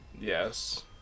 Yes